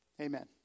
amen